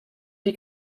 die